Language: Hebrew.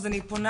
אז אני פונה,